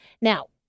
Now